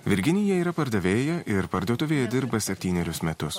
virginija yra pardavėja ir parduotuvėje dirba septynerius metus